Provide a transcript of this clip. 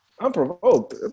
Unprovoked